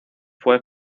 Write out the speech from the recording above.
fue